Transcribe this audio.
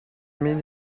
mean